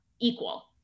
equal